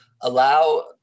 allow